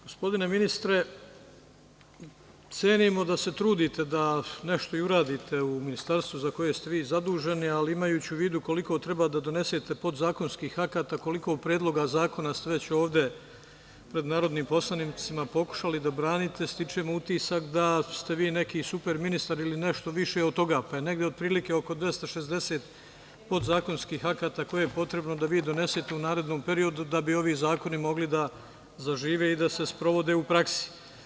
Gospodine ministre, cenimo da se trudite da nešto i uradite u ministarstvu za koje ste vi zaduženi, ali imajući u vidu koliko treba da donesete podzakonskih akata, koliko predloga zakona ste već ovde pred narodnim poslanicima pokušali da branite, stičem utisak da ste vi neki super ministar ili nešto više od toga, pa je negde, otprilike oko 260 podzakonskih akata, koje je potrebno da vi donesete u narednom periodu, da bi ovi zakoni mogli da zažive i da se sprovode u praksi.